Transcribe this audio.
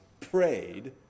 prayed